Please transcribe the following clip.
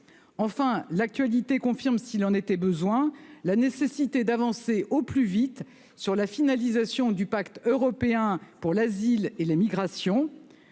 Enfin, l'actualité confirme s'il en était besoin la nécessité d'avancer au plus vite sur la finalisation du pacte européen sur la migration